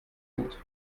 gut